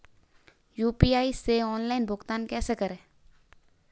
UPI से online भुगतान कैसे करें?